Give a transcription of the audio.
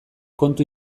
kontu